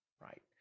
right